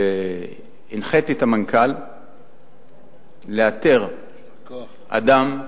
הנחיתי את המנכ"ל לאתר אדם,